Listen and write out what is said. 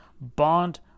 bond